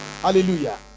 Hallelujah